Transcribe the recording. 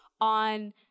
on